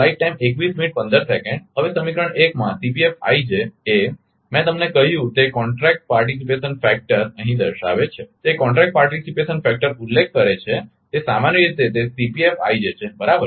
હવે સમીકરણ 1 માં એ મેં તમને કહ્યુ તે કોન્ટ્રેક્ટ પાર્ટિસિપેશન ફેક્ટર અહીં દર્શાવે છે તે કોન્ટ્રેક્ટ પાર્ટિસિપેશન ફેક્ટર ઉલ્લેખ કરે છે તે સામાન્ય રીતે તે છે બરાબર